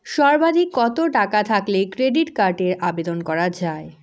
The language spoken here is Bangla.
সর্বাধিক কত টাকা থাকলে ক্রেডিট কার্ডের আবেদন করা য়ায়?